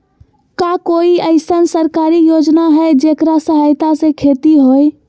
का कोई अईसन सरकारी योजना है जेकरा सहायता से खेती होय?